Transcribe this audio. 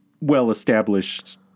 well-established